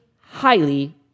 highly